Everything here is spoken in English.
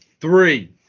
Three